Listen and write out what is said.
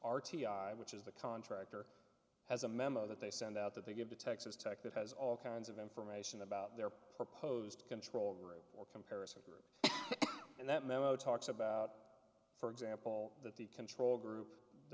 record r t i which is the contractor has a memo that they send out that they give to texas tech that has all kinds of information about their proposed control group for comparison group and that memo talks about for example that the control group the